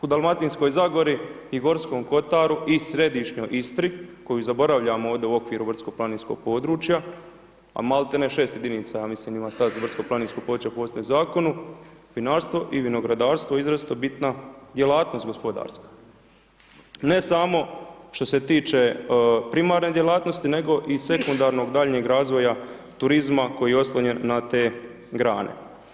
U Dalmatinskoj zagori u Gorskom kotaru i središnjoj Istri koju zaboravljamo ovdje u okviru brdsko-planinskog područja, a malti ne 6 jedinica ja mislim da ima sad za brdsko-planinskog područja u ... zakonu, vinarstvo i vinogradarstvo je izrazito bitna djelatnost gospodarska ne samo što se tiče primarne djelatnosti, nego sekundarnog daljnjeg razvoja turizma koji je oslonjen na te grane.